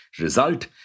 Result